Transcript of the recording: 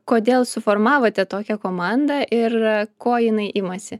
kodėl suformavote tokią komandą ir ko jinai imasi